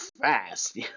fast